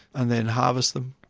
and then harvest them,